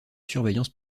surveillance